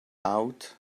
out